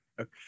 Okay